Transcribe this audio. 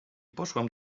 poszłam